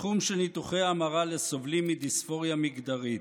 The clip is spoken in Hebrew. בתחום של ניתוחי ההמרה לסובלים מדיספוריה מגדרית,